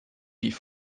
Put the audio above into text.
die